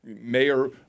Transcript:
Mayor